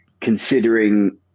considering